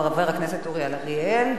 חבר הכנסת אורי אריאל,